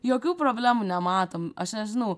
jokių problemų nematom aš nežinau